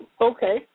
Okay